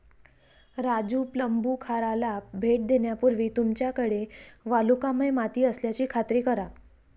राजू प्लंबूखाराला भेट देण्यापूर्वी तुमच्याकडे वालुकामय माती असल्याची खात्री करा